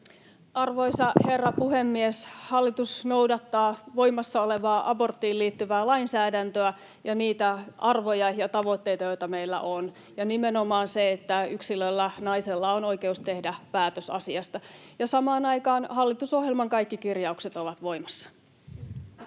Arvoisa herra puhemies! Hallitus noudattaa voimassa olevaa aborttiin liittyvää lainsäädäntöä ja niitä arvoja ja tavoitteita, joita meillä on, ja nimenomaan sitä, että yksilöllä, naisella, on oikeus tehdä päätös asiasta. Samaan aikaan hallitusohjelman kaikki kirjaukset ovat voimassa.